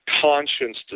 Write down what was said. conscience